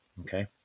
Okay